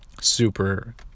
super